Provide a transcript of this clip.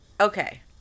okay